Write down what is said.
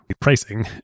pricing